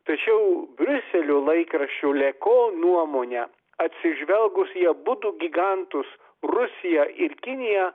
tačiau briuselio laikraščio leko nuomone atsižvelgus į abudu gigantus rusiją ir kiniją